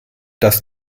dass